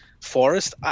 Forest